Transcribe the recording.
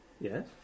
Yes